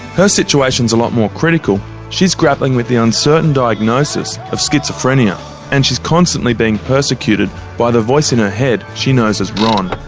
her situation's a lot more critical she's grappling with the uncertain diagnosis of schizophrenia and she's constantly being persecuted by the voice in her head she knows as ron.